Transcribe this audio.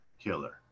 killer